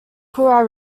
kura